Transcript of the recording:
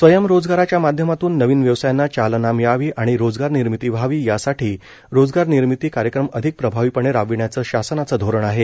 स्वयंरोजगाराच्या माध्यमातून नवीन व्यवसायांना चालना मिळावी आणि रोजगारनिर्मिती व्हावी यासाठी रोजगारनिर्मिती कार्यक्रम अधिक प्रभावीपणे राबविण्याचं शासनाचं धोरण आहे